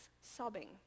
sobbing